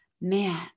man